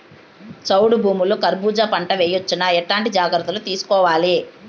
చౌడు భూముల్లో కర్బూజ పంట వేయవచ్చు నా? ఎట్లాంటి జాగ్రత్తలు తీసుకోవాలి?